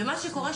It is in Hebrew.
מה שקורה,